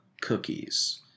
Cookies